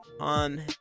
on